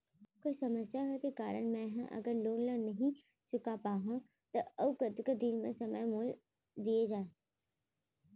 कोई समस्या होये के कारण मैं हा अगर लोन ला नही चुका पाहव त अऊ कतका दिन में समय मोल दीये जाही?